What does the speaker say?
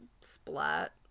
Splat